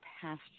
past